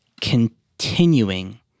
continuing